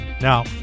Now